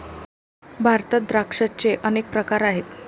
भारतात द्राक्षांचे अनेक प्रकार आहेत